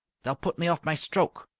they'll put me off my stroke!